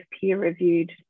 peer-reviewed